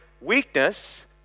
weakness